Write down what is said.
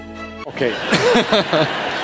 Okay